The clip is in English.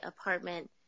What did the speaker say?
apartment